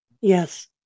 Yes